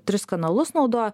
tris kanalus naudoja